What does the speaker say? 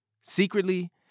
Secretly